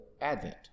Advent